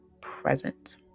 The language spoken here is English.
present